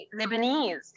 Lebanese